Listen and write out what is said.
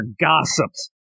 gossips